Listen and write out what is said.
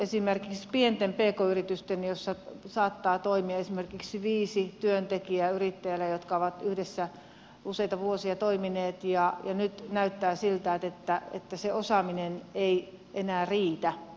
esimerkiksi pienissä pk yrityksissä saattaa toimia yrittäjällä viisi työntekijää jotka ovat yhdessä useita vuosia toimineet ja nyt näyttää siltä että se osaaminen ei enää riitä